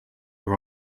are